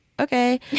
okay